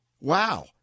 wow